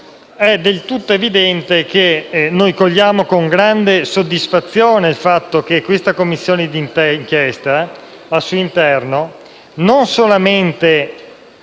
è del tutto evidente che accogliamo con grande soddisfazione il fatto che la Commissione d'inchiesta all'interno non solamente